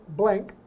blank